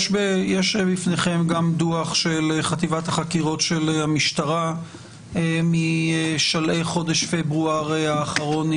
של המשטרה משלהי חודש פברואר האחרון.